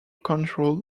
control